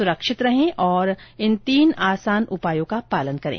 सुरक्षित रहें और इन तीन आसान उपायों का पालन करें